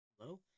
Hello